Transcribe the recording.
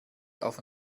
auf